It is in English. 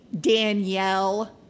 Danielle